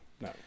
no